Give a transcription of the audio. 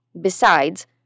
Besides